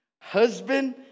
husband